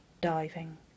diving